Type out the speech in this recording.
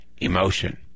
emotion